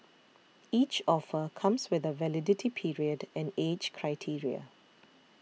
each offer comes with a validity period and age criteria